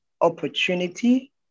opportunity